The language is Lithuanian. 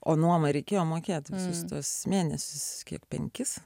o nuomą reikėjo mokėt visus tuos mėnesius kiek penkis